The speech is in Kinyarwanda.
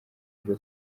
ibyo